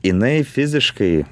jinai fiziškai